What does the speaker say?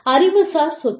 அறிவுசார் சொத்து